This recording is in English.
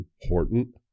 important